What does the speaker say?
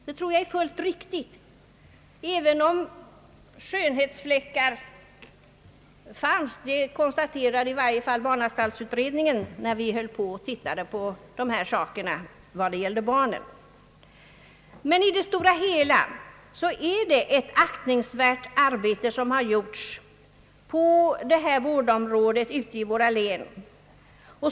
Det tror jag är fullt riktigt, även om skönhetsfläckar finns när det gäller barnen; det konstaterade i varje fall barnanstaltsutredningen när vi tittade på dessa saker. Men i det stora hela är det ett aktningsvärt arbete som har utförts på detta vårdområde i våra län.